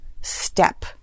step